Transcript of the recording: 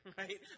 right